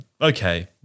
Okay